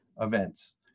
events